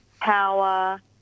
power